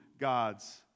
God's